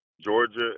Georgia